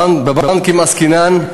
בבנקים עסקינן,